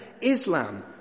Islam